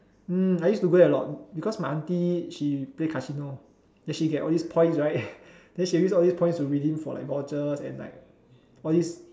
mm I used to go there a lot because my aunty she play casino then she get all these points right then she use all these points to redeem for like vouchers and like all these